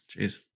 Jeez